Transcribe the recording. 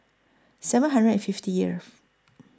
seven hundred and fifty years